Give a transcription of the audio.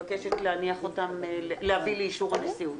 מתבקשת להביא אותן לאישור הנשיאות.